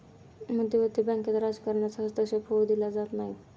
मध्यवर्ती बँकेत राजकारणाचा हस्तक्षेप होऊ दिला जात नाही